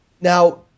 Now